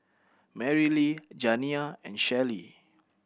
Marilee Janiyah and Shellie